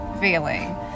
feeling